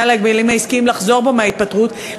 על ההגבלים העסקיים לחזור בו מההתפטרות,